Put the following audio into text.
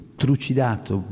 trucidato